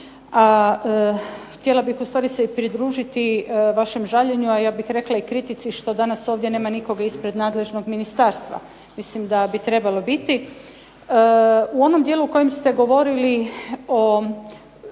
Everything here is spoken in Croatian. a htjela bih u stvari se i pridružiti vašem žaljenju, a ja bih rekla i kritici što danas ovdje nema nikoga ispred nadležnog ministarstva. Mislim da bi trebali biti. U onom dijelu u kojem ste govorili o